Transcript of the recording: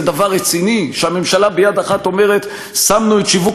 זה דבר רציני שהממשלה ביד אחת אומרת: שמנו את שיווק